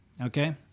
okay